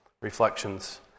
Reflections